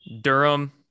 Durham